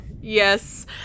yes